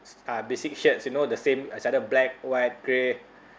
uh basic shirts you know the same it's either black white grey